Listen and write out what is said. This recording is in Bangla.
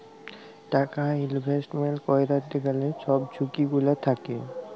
টাকা ইলভেস্টমেল্ট ক্যইরতে গ্যালে ছব ঝুঁকি গুলা থ্যাকে